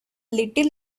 little